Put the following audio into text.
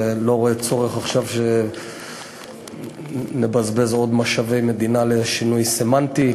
ואני לא רואה צורך שנבזבז עכשיו עוד משאבי מדינה לשינוי סמנטי.